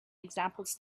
examples